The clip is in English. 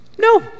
no